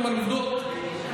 מה אתם מבלבלים את המוח,